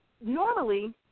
Normally